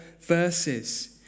verses